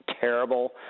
terrible